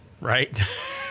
right